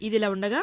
ఇదిలా ఉండగా